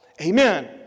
Amen